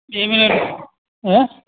બે મિનિટ હે